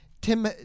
Tim